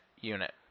unit